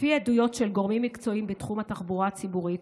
לפי העדויות של גורמים מקצועיים בתחום התחבורה הציבורית,